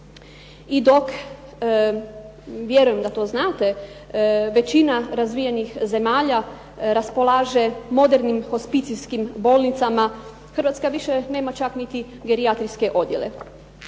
I dok, vjerujem da to znate, većina razvijenih zemalja raspolaže modernim hospicijskim bolnicama, Hrvatska više nema čak niti gerijatrijske odjele.